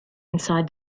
inside